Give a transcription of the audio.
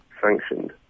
sanctioned